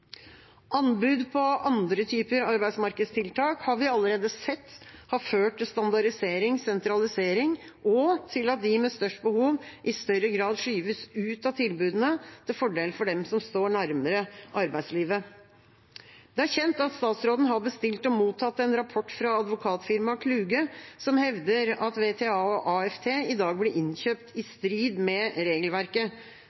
Anbud på andre typer arbeidsmarkedstiltak har vi allerede sett har ført til standardisering, sentralisering og til at de med størst behov i større grad skyves ut av tilbudene til fordel for dem som står nærmere arbeidslivet. Det er kjent at statsråden har bestilt og mottatt en rapport fra advokatfirmaet Kluge, som hevder at VTA og AFT i dag blir innkjøpt i